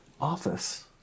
office